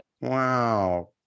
wow